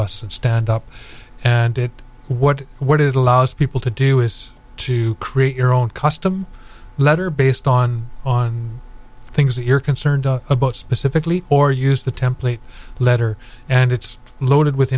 us stand up and it what what it allows people to do is to create your own custom letter based on on things that you're concerned about specifically or use the template letter and it's loaded with